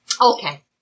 Okay